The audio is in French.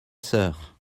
sœur